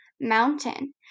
mountain